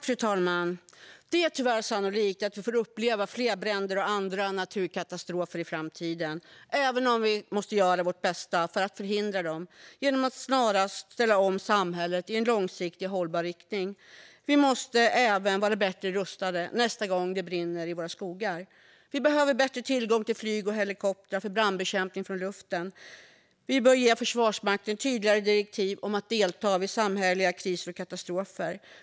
Fru talman! Det är tyvärr sannolikt att vi får uppleva fler bränder och andra naturkatastrofer i framtiden, även om vi måste göra vårt bästa för att förhindra dem genom att snarast ställa om samhället i en långsiktigt hållbar riktning. Vi måste även vara bättre rustade nästa gång det brinner i våra skogar. Vi behöver bättre tillgång till flyg och helikoptrar för brandbekämpning från luften. Vi bör ge Försvarsmakten tydligare direktiv om att delta vid samhälleliga kriser och katastrofer.